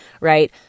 right